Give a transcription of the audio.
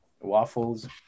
waffles